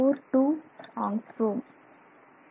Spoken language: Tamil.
42 ஆங்ஸ்ட்ரோம்